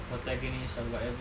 protagonist or whatever